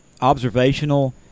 observational